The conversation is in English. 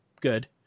good